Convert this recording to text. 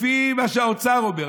לפי מה שהאוצר אומר.